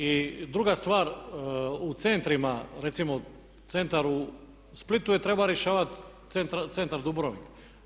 I druga stvar, u centrima recimo centar u Splitu je trebao rješavati centar Dubrovnik.